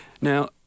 Now